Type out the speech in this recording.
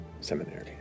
Seminary